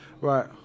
right